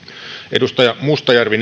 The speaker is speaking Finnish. edustaja mustajärvi